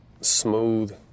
smooth